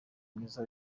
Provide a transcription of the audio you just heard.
mwiza